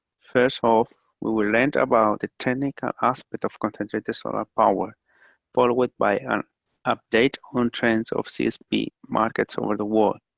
first off, we will learn about the technical aspect of concentrated solar power followed by an update on trends of csp markets over the world.